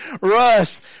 Russ